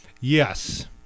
Yes